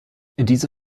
diese